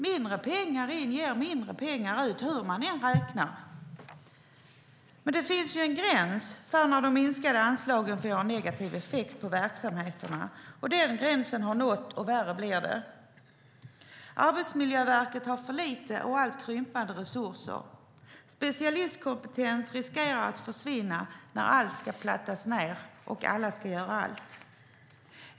Mindre pengar in ger mindre pengar ut hur man än räknar. Men det finns en gräns för när de minskade anslagen får negativ effekt på verksamheterna. Den gränsen har nåtts, och värre blir det. Arbetsmiljöverket har för små och alltmer krympande resurser. Specialistkompetens riskerar att försvinna när allt ska plattas ned och alla ska göra allt.